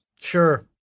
Sure